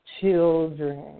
children